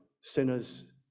Sinners